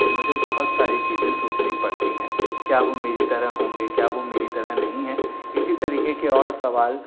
तो मुझे बहुत सारी चीज़ें सोचनी पड़ती हैं क्या वो मेरी तरह होंगे क्या वह मेरी तरह नहीं है इसी तरीके और सवाल